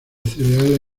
cereales